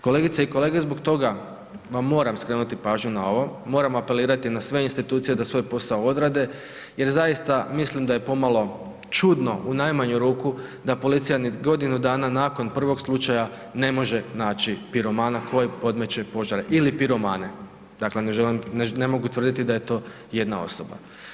Kolegice i kolege zbog toga vam moram skrenuti pažnju na ovo, moram apelirati na sve institucije da svoj posao odrade jer zaista mislim da je pomalo čudno u najmanju ruku da policija nit godinu dana nakon prvog slučaja ne može naći piromana koji podmeće požare ili piromane, dakle ne želim, ne mogu tvrditi da je to jedna osoba.